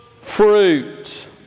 fruit